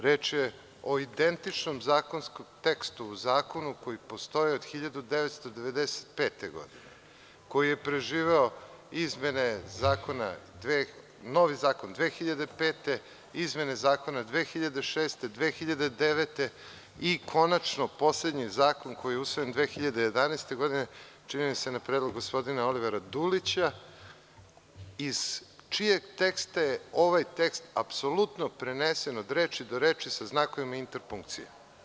Reč je o identičnom zakonskom tekstu u Zakonu koji postoji od 1995. godine, koji je preživeo izmene, novi zakon 2005. godine, izmene zakona 2006, zatim 2009. godine i konačno poslednji Zakon koji je usvojen 2011. godine, čini mi se, na predlog gospodina Olivera Dulića, iz čijeg teksta je ovaj tekst apsolutno prenesen, od reči do reči, sa znakovima interpunkcije.